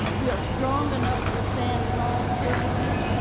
we are strong enough to stand tall tearlessly,